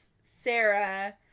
Sarah